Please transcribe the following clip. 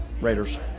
Raiders